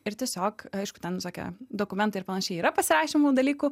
ir tiesiog aišku ten visokie dokumentai ir panašiai yra pasirašymo dalykų